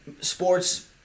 Sports